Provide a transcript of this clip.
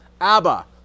Abba